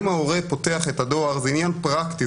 אם ההורה פותח את הדואר זה עניין פרקטי,